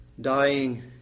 dying